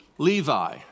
Levi